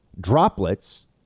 droplets